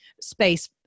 space